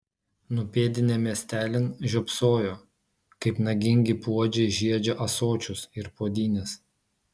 nupėdinę miestelin žiopsojo kaip nagingi puodžiai žiedžia ąsočius ir puodynes